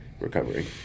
recovery